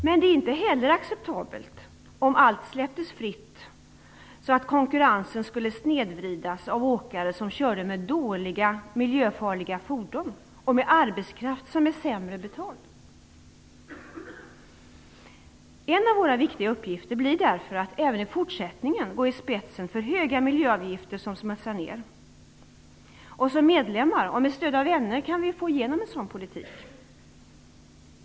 Men det är inte heller acceptabelt att släppa allt fritt, så att konkurrensen snedvrids av åkare som kör med dåliga miljöfarliga fordon och med arbetskraft som är sämre betald. En av våra viktiga uppgifter blir därför att även i fortsättningen gå i spetsen för höga miljöavgifter för dem som smutsar ned. Som medlemmar och med stöd av vänner kan vi få igenom en sådan politik.